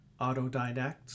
Autodidacts